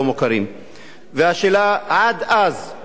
השאלה: עד אז, עד שיהיה פתרון, כבוד השר,